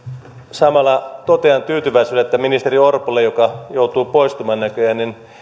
samalla totean tyytyväisyydellä ministeri orpolle joka joutuu näköjään poistumaan